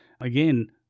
again